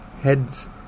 heads